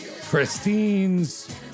Christine's